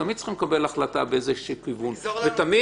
תמיד צריכים לקבל החלטה באיזשהו כיוון ותמיד